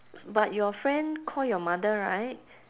but your friend call your mother right